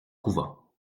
couvent